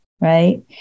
Right